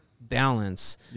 balance